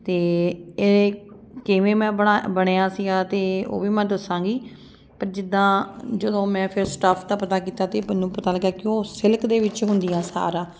ਅਤੇ ਇਹ ਕਿਵੇਂ ਮੈਂ ਬਣਾ ਬਣਿਆ ਸੀਗਾ ਅਤੇ ਉਹ ਵੀ ਮੈਂ ਦੱਸਾਂਗੀ ਪਰ ਜਿੱਦਾਂ ਜਦੋਂ ਮੈਂ ਫਿਰ ਸਟੱਫ ਦਾ ਪਤਾ ਕੀਤਾ ਤਾਂ ਮੈਨੂੰ ਪਤਾ ਲੱਗਾ ਕਿ ਉਹ ਸਿਲਕ ਦੇ ਵਿੱਚ ਹੁੰਦੀਆਂ ਸਾਰਾ